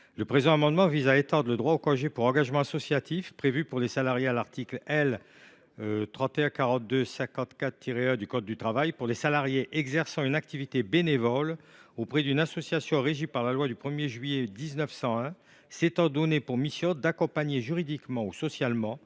il s’agit ici d’étendre le droit au congé pour engagement associatif prévu à l’article L. 3142 54 1 du code du travail aux salariés exerçant une activité bénévole auprès d’une association régie par la loi du 1 juillet 1901 s’étant donné pour mission d’accompagner juridiquement ou socialement